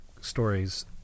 stories